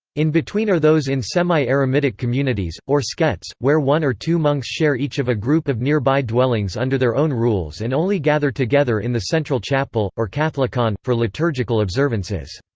in between are those in semi-eremitic communities, or sketes, where one or two monks share each of a group of nearby dwellings under their own rules and only gather together in the central chapel, or katholikon, for liturgical observances.